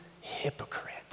hypocrite